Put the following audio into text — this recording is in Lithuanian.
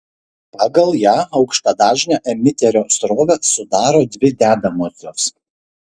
pagal ją aukštadažnę emiterio srovę sudaro dvi dedamosios